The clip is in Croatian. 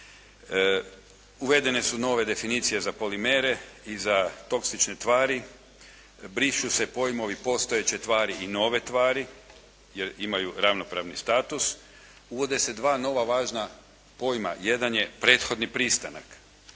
Uvedene su nove definicije za polimere i za toksične tvari, brišu se pojmovi postojeće tvari i nove tvari jer imaju ravnopravni status, uvode se dva nova važna pojma, jedan je prethodni pristanak.